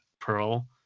pearl